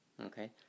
Okay